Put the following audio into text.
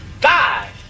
five